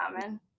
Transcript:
common